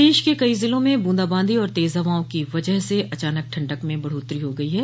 प्रदेश के कई ज़िलों में बूंदाबांदी और तेज़ हवाओं की वजह से अचानक ठंडक में बढ़ोत्तरी हो गई है